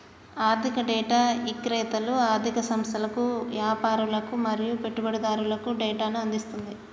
ఆర్ధిక డేటా ఇక్రేతలు ఆర్ధిక సంస్థలకు, యాపారులు మరియు పెట్టుబడిదారులకు డేటాను అందిస్తుంది